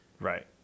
Right